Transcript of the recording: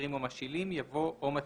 משכירים או משאילים" יבוא "או משכירים"."